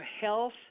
health